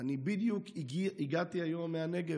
אני בדיוק הגעתי היום מהנגב.